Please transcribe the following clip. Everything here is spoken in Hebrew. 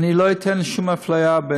אני לא אתן לשום אפליה,